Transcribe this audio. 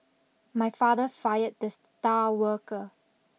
my father fired the star worker